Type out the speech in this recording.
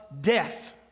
death